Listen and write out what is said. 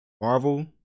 Marvel